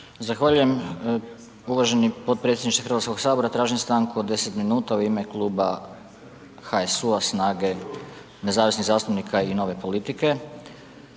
Zahvaljujem uvaženi potpredsjedniče Hrvatskog sabora, tražim stanku od 10 minuta u ime kluba HSU-a, SNAGA-e, nezavisnih zastupnika i Nove politike